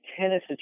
tennis